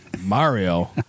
Mario